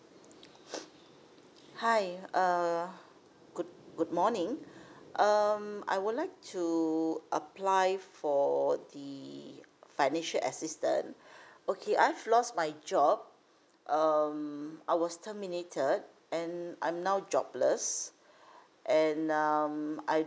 hi err good good morning um I would like to apply for the financial assistant okay I've lost my job um I was terminated and I'm now jobless and um I